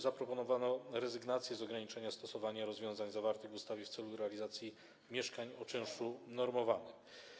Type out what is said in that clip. Zaproponowano także rezygnację z ograniczenia stosowania rozwiązań zawartych w ustawie w celu budowy mieszkań o czynszu normowanym.